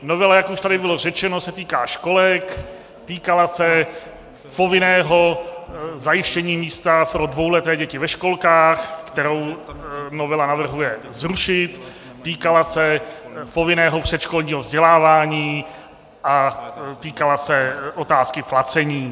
Novela, jak už tady bylo řečeno, se týká školek, týkala se povinného zajištění místa pro dvouleté děti ve školkách, které novela navrhuje zrušit, týkala se povinného předškolního vzdělávání a týkala se otázky placení.